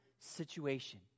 situation